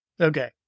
Okay